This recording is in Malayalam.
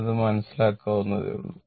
അത് മനസ്സിലാക്കാവുന്നതേയുള്ളൂ